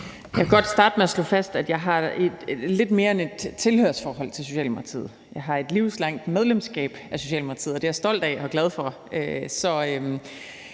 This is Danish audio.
Jeg vil godt starte med at slå fast, at jeg har lidt mere end et tilhørsforhold til Socialdemokratiet. Jeg har et livslangt medlemskab af Socialdemokratiet, og det er jeg stolt af og glad for.